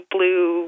Blue